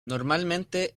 normalmente